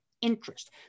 interest